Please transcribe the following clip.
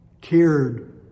cared